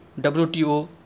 WTO